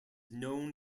known